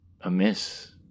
amiss